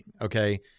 Okay